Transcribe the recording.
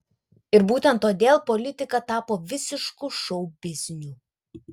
ir būtent todėl politika tapo visišku šou bizniu